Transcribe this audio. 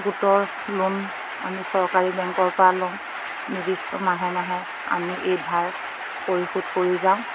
গোটৰ লোন আমি চৰকাৰী বেংকৰপৰা লওঁ নিৰ্দিষ্ট মাহে মাহে আমি এই ভাৰ পৰিশোধ কৰি যাওঁ